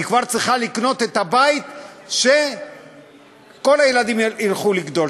היא כבר צריכה לקנות את הבית שכל הילדים יגדלו בו.